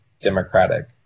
democratic